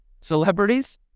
Celebrities